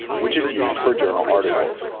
which is used for journal articles.